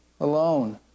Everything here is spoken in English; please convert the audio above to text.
alone